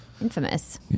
Infamous